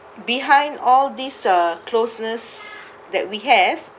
behind all this uh closeness that we have